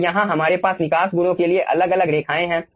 और यहां हमारे पास निकास गुणों के लिए अलग अलग रेखाएं हैं